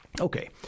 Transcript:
Okay